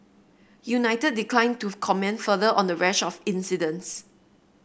united declined to comment further on the rash of incidents